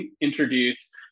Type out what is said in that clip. introduce